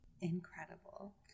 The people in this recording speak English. Incredible